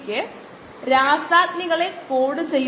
303 by kd log to the base 10 of xv0 by xv ചെയ്യുക